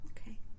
Okay